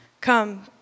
Come